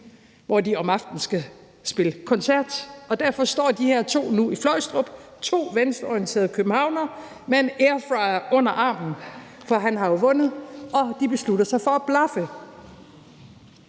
hvor de om aftenen skal spille koncert, og derfor står de her to nu i Fløjstrup, to venstreorienterede københavnere, den ene med en airfryer under armen, for han har jo vundet, og de beslutter sig for at blaffe.